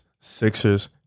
Sixers